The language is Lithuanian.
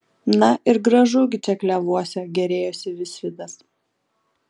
na ir gražu gi čia klevuose gėrėjosi visvydas